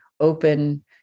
open